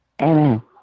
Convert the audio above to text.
Amen